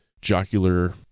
jocular